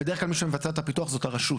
בדרך כלל מי שמבצע את הפיתוח זו הרשות,